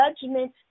judgment